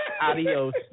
adios